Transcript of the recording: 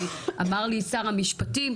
אמר לי שר המשפטים,